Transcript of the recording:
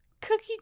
Cookie